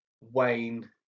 Wayne